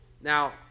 Now